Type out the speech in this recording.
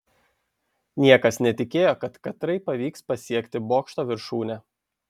niekas netikėjo kad katrai pavyks pasiekti bokšto viršūnę